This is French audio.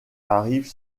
arrive